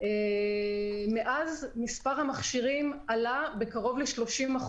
ומאז מספר המכשירים עלה בקרוב ל-30%.